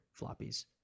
floppies